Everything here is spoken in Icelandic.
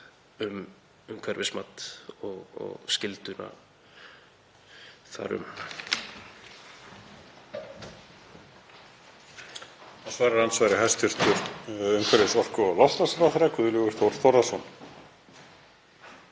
um umhverfismat og skyldur þar um.